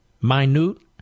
Minute